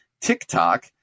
TikTok